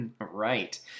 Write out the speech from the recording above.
Right